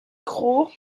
cros